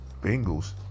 Bengals